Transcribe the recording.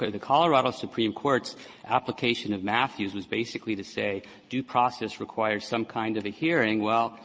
ah the colorado supreme court's application of mathews was basically to say due process requires some kind of a hearing. well,